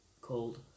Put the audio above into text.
called